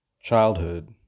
Childhood